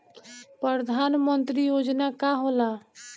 परधान मंतरी योजना का होला?